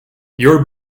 your